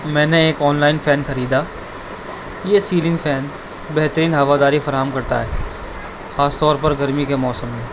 میں نے ایک آن لائن فین خریدا یہ سیلنگ فین بہترین ہواداری فراہم کرتا ہے خاص طور پر گرمی کے موسم میں